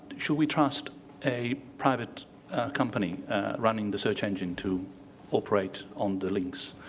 should we trust a private company running the search engine to operate on the links,